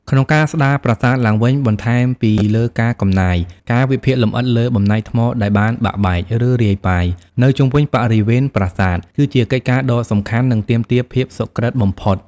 ក្នុងការស្ដារប្រាសាទឡើងវិញ បន្ថែមពីលើការកំណាយ ការវិភាគលម្អិតលើបំណែកថ្មដែលបានបាក់បែក ឬរាយប៉ាយ នៅជុំវិញបរិវេណប្រាសាទ គឺជាកិច្ចការដ៏សំខាន់ និងទាមទារភាពសុក្រិត្យបំផុត។